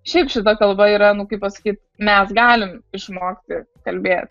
šiaip šita kalba yra nu kaip pasakyt mes galim išmokti kalbėt